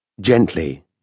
Gently